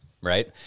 Right